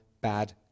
bad